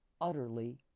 utterly